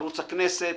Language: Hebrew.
ערוץ הכנסת,